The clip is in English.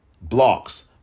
blocks